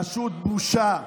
פשוט בושה.